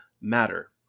matter